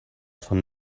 von